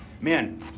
man